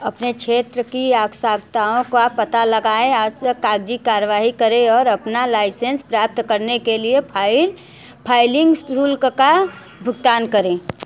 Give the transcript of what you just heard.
अपने क्षेत्र की आकश्यकताओं का पता लगाएँ आवश्यक कागजी कार्रवाई करें और अपना लाइसेंस प्राप्त करने के लिए फाइल फाइलिंग शुल्क का भुगतान करें